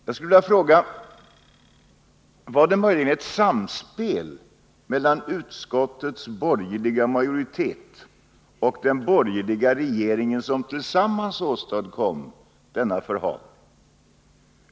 Jag skulle vilja fråga: Var det möjligen ett samspel mellan utskottets borgerliga majoritet och den borgerliga regeringen, som tillsammans åstadkom denna förhalning?